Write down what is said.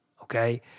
okay